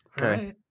Okay